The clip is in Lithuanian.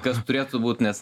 kas turėtų būt nes